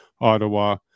ottawa